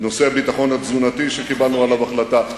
נושא הביטחון התזונתי שקיבלנו עליו החלטה.